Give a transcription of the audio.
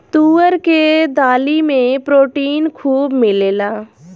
तुअर के दाली में प्रोटीन खूब मिलेला